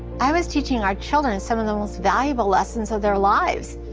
i was teaching our children and some of the most valuable lessons of their lives,